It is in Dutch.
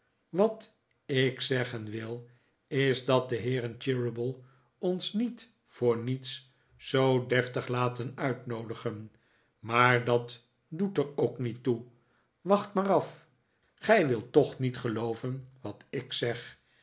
wat ik zeggen wil is dat de heeren cheeryble ons niet voor niets zoo deftig laten uitnoodigen maar dat doet er ook niet toe wacht maar af gij wilt toch niet gelooyen wat ik zeg